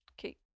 Okay